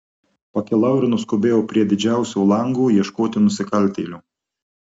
pakilau ir nuskubėjau prie didžiausio lango ieškoti nusikaltėlio